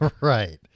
Right